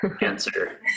answer